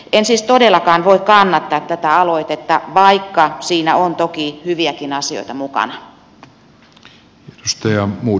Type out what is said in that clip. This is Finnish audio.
en siis todellakaan voi kannattaa tätä aloitetta vaikka siinä on toki hyviäkin asioita mukana